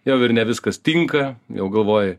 jau ir ne viskas tinka jau galvoji